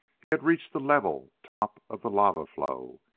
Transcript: he had reached the level top of the lava flow.